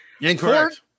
Incorrect